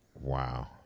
Wow